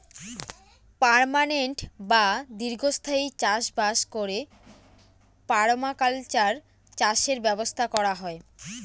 permanent বা দীর্ঘস্থায়ী চাষ বাস করে পারমাকালচার চাষের ব্যবস্থা করা হয়